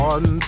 One